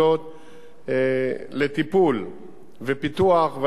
לטיפול ופיתוח, ואני שמח לראות,